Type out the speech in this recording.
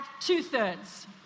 two-thirds